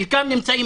חלקם נמצאים